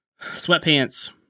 sweatpants